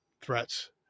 threats